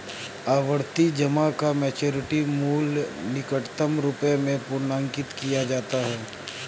आवर्ती जमा का मैच्योरिटी मूल्य निकटतम रुपये में पूर्णांकित किया जाता है